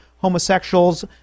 homosexuals